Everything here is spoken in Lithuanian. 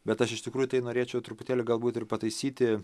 bet aš iš tikrųjų tai norėčiau truputėlį galbūt ir pataisyti